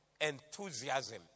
enthusiasm